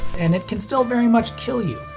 and it can still very much kill you,